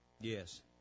Yes